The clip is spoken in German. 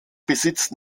besitzt